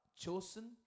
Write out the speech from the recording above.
chosen